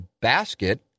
basket